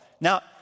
Now